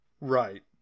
Right